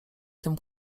tym